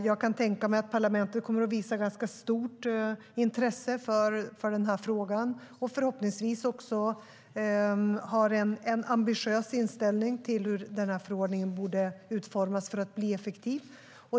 Jag kan tänka mig att parlamentet kommer att visa ganska stort intresse för frågan och har förhoppningsvis en ambitiös inställning till hur förordningen borde utformas för att bli effektiv.